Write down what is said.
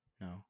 No